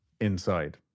Inside